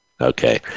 Okay